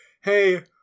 hey